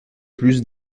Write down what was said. plus